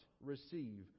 receive